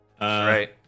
Right